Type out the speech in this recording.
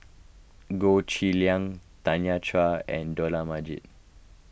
Goh Cheng Liang Tanya Chua and Dollah Majid